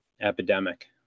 epidemic